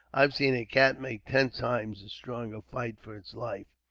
i've seen a cat make ten times as strong a fight for its life.